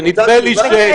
ונדמה לי שזה משפט ארוך.